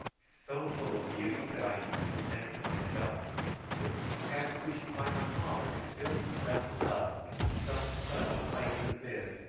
so full of beauty that i used to think to myself that perhaps we should find my father had built himself a hut in some such place as this,